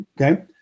Okay